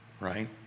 right